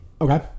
Okay